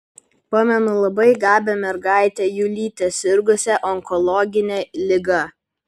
pamenu labai gabią mergaitę julytę sirgusią onkologine liga